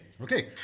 Okay